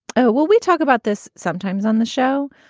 well, we talk about this sometimes on the show,